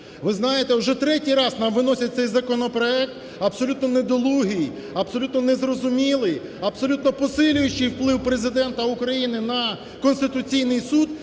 Ви знаєте, вже третій раз нам виносять цей законопроект, абсолютно недолугий, абсолютно незрозумілий, абсолютно посилюючий вплив Президента Україна на Конституційний Суд,